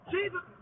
Jesus